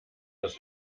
das